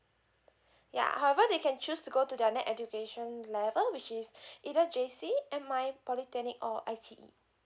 ya however they can choose to go to their next education level which is either J_C M_I polytechnic or I_T_E